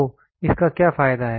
तो इसका क्या फायदा है